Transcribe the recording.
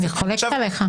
אני חולקת עליך.